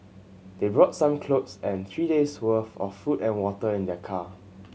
they brought some clothes and three days' worth of food and water in their car